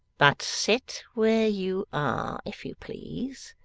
but sit where you are, if you please,